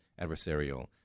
adversarial